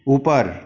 ऊपर